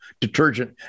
detergent